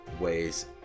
ways